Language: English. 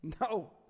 no